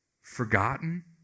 forgotten